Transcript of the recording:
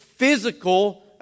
Physical